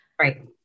right